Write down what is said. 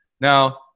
Now